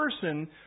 person